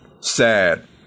sad